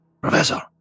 Professor